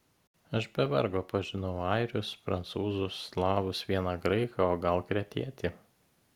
aš be vargo pažinau airius prancūzus slavus vieną graiką o gal kretietį